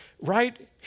right